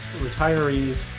retirees